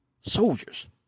soldiers